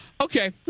Okay